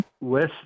West